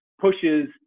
pushes